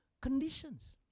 conditions